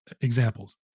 examples